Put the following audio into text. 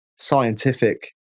scientific